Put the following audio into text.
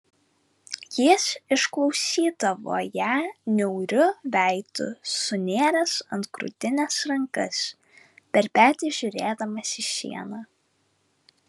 jis išklausydavo ją niauriu veidu sunėręs ant krūtinės rankas per petį žiūrėdamas į sieną